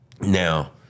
Now